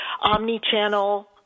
omni-channel